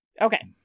Okay